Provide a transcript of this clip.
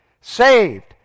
Saved